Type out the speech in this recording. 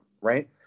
right